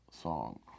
song